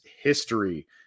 history